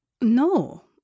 No